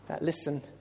Listen